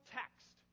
text